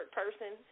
person